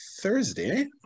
Thursday